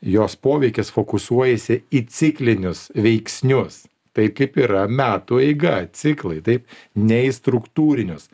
jos poveikis fokusuojasi į ciklinius veiksnius tai kaip yra metų eiga ciklai taip ne į struktūrinius